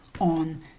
on